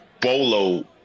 Bolo